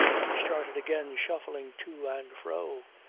he started again shuffling to and fro.